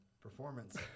performance